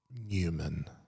Newman